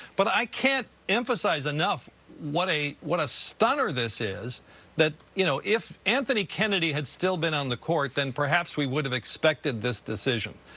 but i can't emphasize enough what a what a stunner this is that you know, if anthony kennedy had still been on the court, then perhaps we would have expected this decision,